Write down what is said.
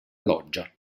loggia